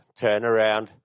turnaround